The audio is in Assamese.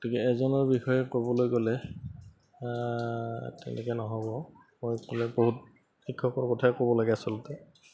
গতিকে এজনৰ বিষয়ে ক'বলৈ গ'লে তেনেকে নহ'ব মই বহুত শিক্ষকৰ কথাই ক'ব লাগে আচলতে